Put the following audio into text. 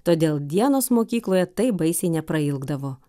todėl dienos mokykloje taip baisiai neprailgdavo